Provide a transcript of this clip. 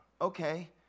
okay